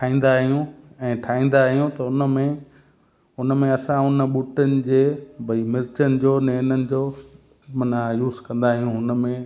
खाईंदा आहियूं ऐं ठाहींदा आहियूं त उन में उन में असां उन बूटनि जे भाई मिर्चनि जो न हिननि जो माना यूज़ कंदा आहियूं उन में